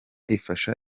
ifasha